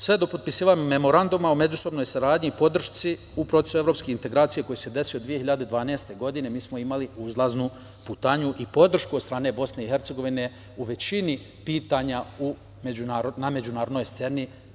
Sve do potpisivanja Memoranduma o međusobnoj saradnji i podršci u procesu evropskih integracija koji se desio 2012. godine, mi smo imali uzlaznu putanju i podršku od strane BiH u većini pitanja na međunarodnoj sceni.